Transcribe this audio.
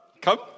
Come